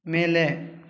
ಮೇಲೆ